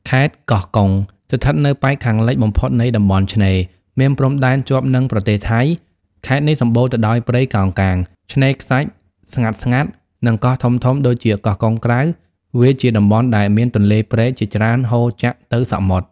ខេត្តកោះកុង ស្ថិតនៅប៉ែកខាងលិចបំផុតនៃតំបន់ឆ្នេរ មានព្រំដែនជាប់នឹងប្រទេសថៃ ខេត្តនេះសម្បូរទៅដោយព្រៃកោងកាង ឆ្នេរខ្សាច់ស្ងាត់ៗ និងកោះធំៗដូចជាកោះកុងក្រៅ វាជាតំបន់ដែលមានទន្លេព្រែកជាច្រើនហូរចាក់ទៅសមុទ្រ។